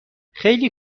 خیلی